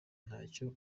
ntacyo